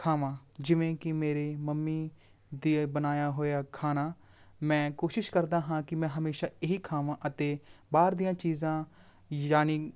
ਖਾਵਾਂ ਜਿਵੇਂ ਕਿ ਮੇਰੇ ਮੰਮੀ ਦੇ ਬਣਾਇਆ ਹੋਇਆ ਖਾਣਾ ਮੈਂ ਕੋਸ਼ਿਸ਼ ਕਰਦਾ ਹਾਂ ਕਿ ਮੈਂ ਹਮੇਸ਼ਾ ਇਹ ਹੀ ਖਾਵਾਂ ਅਤੇ ਬਾਹਰ ਦੀਆਂ ਚੀਜ਼ਾਂ ਯਾਨੀ